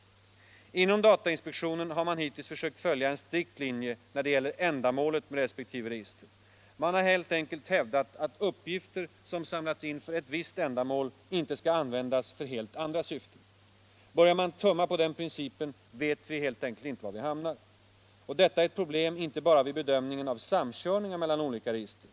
Inom datainspektionen har man hittills försökt följa en strikt linje när det gäller ändamålet med resp. register. Man har helt enkelt hävdat att uppgifter som samlats in för ett visst ändamål inte skall få användas för helt andra syften. Börjar man tumma på den principen vet vi helt Nr 88 enkelt inte var vi hamnar. Och detta är ett problem inte bara vid be Tisdagen den dömningen av samkörningar mellan olika register.